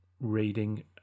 reading